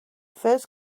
first